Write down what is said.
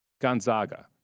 Gonzaga